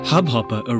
Hubhopper